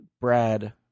Brad